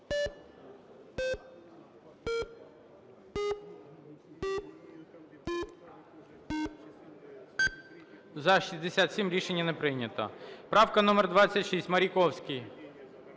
За-67 Рішення не прийнято. Правка номер 26, Маріковський.